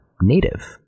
Native